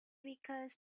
because